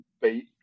beat